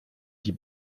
die